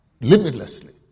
limitlessly